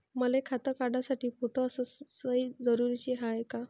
मले खातं काढासाठी फोटो अस सयी जरुरीची हाय का?